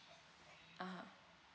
(uh huh)